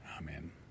Amen